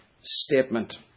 statement